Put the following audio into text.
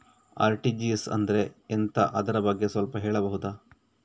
RTGS ಅಂದ್ರೆ ಎಂತ ಅದರ ಬಗ್ಗೆ ಸ್ವಲ್ಪ ಹೇಳಬಹುದ?